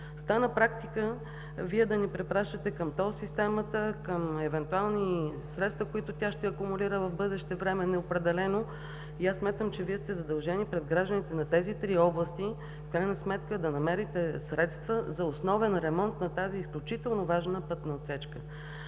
Стана практика Вие да ни препращате към тол системата, към евентуални средства, които тя ще акумулира в бъдещо неопределено време и аз смятам, че Вие сте задължени пред гражданите на тези три области, в крайна сметка да намерите средства за основен ремонт на тази изключително важна пътна отсечка.